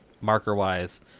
marker-wise